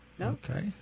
Okay